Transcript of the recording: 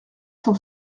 cent